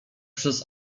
przez